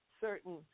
certain